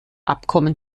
abkommen